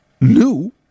new